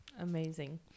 amazing